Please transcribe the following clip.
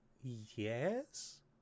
Yes